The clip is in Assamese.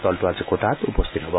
দলটো আজি কোটাত উপস্থিত হব